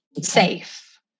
safe